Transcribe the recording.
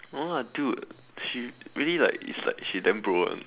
no lah dude she really like it's like she damn bro [one]